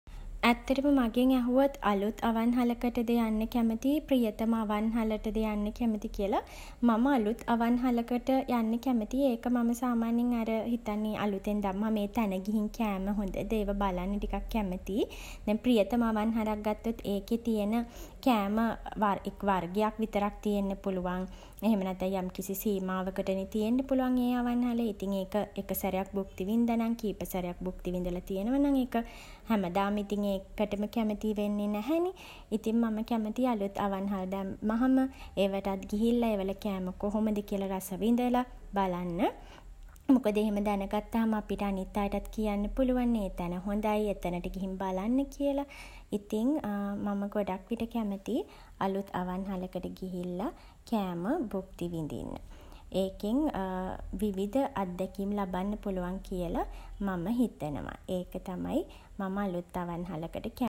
ඇත්තටම මගෙන් ඇහුවොත් අලුත් අවන්හලකටද යන්න කැමති ප්‍රියතම අවන්හලටද යන්න කැමති කියලා මම අලුත් අවන්හලකට යන්න කැමතියි. ඒක මම සාමාන්‍යයෙන් අර හිතන්නේ අලුතෙන් දැම්මහම ඒ තැන ගිහින් කෑම හොඳද ඒවා බලන්න ටිකක් කැමතියි. දැන් ප්‍රියතම අවන්හලක් ගත්තොත් ඒකෙ තියෙන කෑම එක් වර්ගයක් විතරක් තියෙන්න පුළුවන්. එහෙම නැත්තම් යම්කිසි සීමාවකටනේ තියෙන්න පුළුවන් ඒ අවන්හලේ. ඉතින් ඒක එක සැරයක් භුක්ති වින්ද නම් කීප සැරයක් භුක්ති විඳලා තියෙනවා නම් ඒක හැමදාම ඉතින් ඒකටම කැමති වෙන්නේ නැහැනේ. ඉතින් මම කැමතියි අලුත් අවන්හල් දැම්මහම ඒවටත් ගිහිල්ලා ඒවල කෑම කොහොමද කියල රස විඳලා බලන්න. මොකද එහෙම දැන ගත්තහම අපිට අනිත් අයටත් කියන්න පුළුවන්නේ ඒ තැන හොඳයි එතනට ගිහින් බලන්න කියලා. ඉතින් මම ගොඩක් විට කැමතියි අලුත් අවන්හලකට ගිහිල්ලා කෑම භුක්ති විඳින්න. ඒකෙන් විවිධ අත්දැකීම් ලබන්න පුළුවන් කියල මම හිතනවා. ඒක තමයි මම අලුත් අවන්හලකට කැමති.